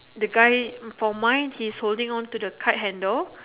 the guy for mine he is holding on to the kite handle